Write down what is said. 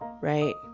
right